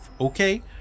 Okay